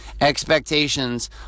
expectations